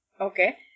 Okay